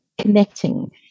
connecting